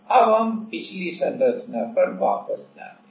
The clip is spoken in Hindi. अब हम पिछली संरचना पर वापस जाते हैं